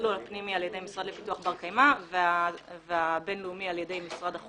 התכלול הפנימי נעשה על ידי המשרד לפיתוח